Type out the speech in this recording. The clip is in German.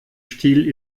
stil